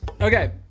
Okay